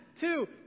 two